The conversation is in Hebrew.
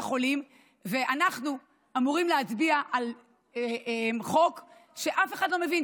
החולים ואנחנו אמורים להצביע על חוק שאף אחד לא מבין,